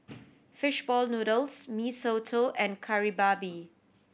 fish ball noodles Mee Soto and Kari Babi